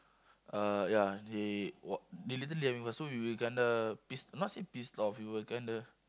uh ya and he wa~ literally and we was we were kinda pissed not say pissed off we were kinda